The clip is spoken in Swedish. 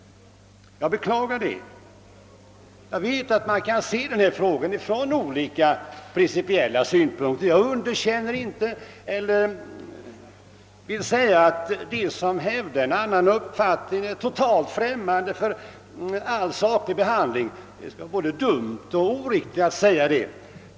Jag beklagar det. Jag vet att man kan se denna fråga från olika principiella synpunkter. Jag vill visst inte säga att de som hävdar en annan uppfattning är totalt främmande för all saklig behandling av frågan. Det vore både dumt och oriktigt att säga det.